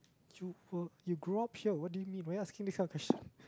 you you grew up here what do you mean why are you asking this type of question